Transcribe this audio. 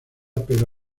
pedro